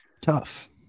tough